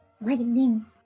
Lightning